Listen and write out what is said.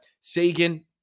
Sagan